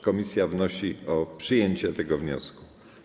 Komisja wnosi o przyjęcie tego wniosku.